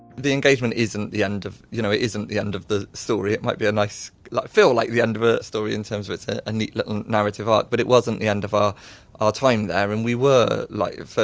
the engagement isn't the end of, you know, it isn't the end of the story. it might be a nice, like feel like the end of a story in terms of it's ah a neat little narrative arc, but it wasn't the end of our ah time there. and we were like,